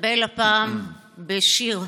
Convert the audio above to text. אתבל הפעם בשיר: